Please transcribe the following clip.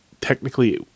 technically